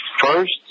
first